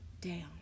down